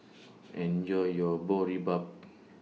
Enjoy your Boribap